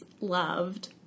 loved